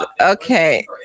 Okay